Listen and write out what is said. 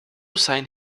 signed